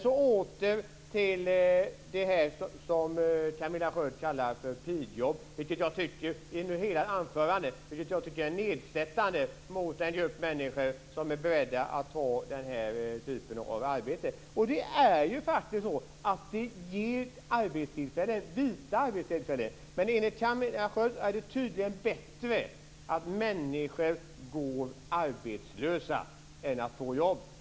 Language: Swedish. Så åter till det som Camilla Sköld i hela sitt anförande kallade för pigjobb, vilket jag tycker är nedsättande mot en grupp människor som är beredd att ta denna typ av arbete. De ger vita arbetstillfällen. Men enligt Camilla Sköld är det tydligen bättre att människor går arbetslösa än att de får jobb.